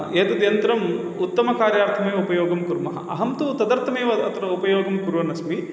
एतद् यन्त्रम् उत्तमकार्यार्थमेव उपयोगं कुर्मः अहं तु तदर्थमेव अत्र उपयोगं कुर्वन्नस्मि